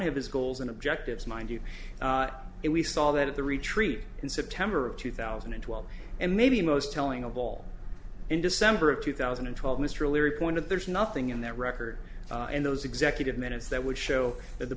of his goals and objectives mind you if we saw that at the retreat in september of two thousand and twelve and maybe most telling of all in december of two thousand and twelve mr o'leary point of there's nothing in that record in those executive minutes that would show that the